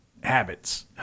Habits